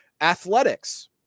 athletics